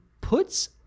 puts